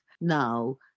now